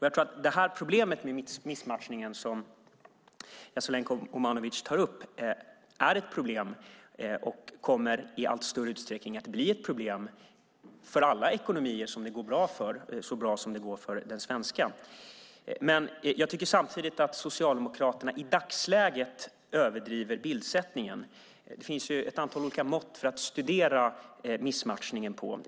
Jag tror att den missmatchning som Jasenko Omanovic tar upp är ett problem, och det kommer i allt större utsträckning att bli ett problem för alla ekonomier som det går så bra för som den svenska. Men jag tycker samtidigt att Socialdemokraterna i dagsläget överdriver bildsättningen. Det finns ett antal olika mått för att studera missmatchningen.